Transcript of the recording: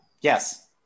Yes